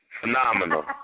Phenomenal